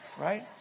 right